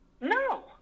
No